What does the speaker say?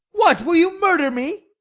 what, will you murder me?